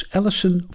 Ellison